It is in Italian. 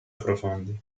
profondi